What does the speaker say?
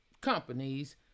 companies